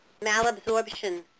Malabsorption